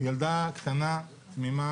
ילדה קטנה, תמימה,